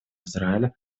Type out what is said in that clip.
израиля